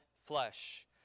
flesh